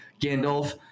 Gandalf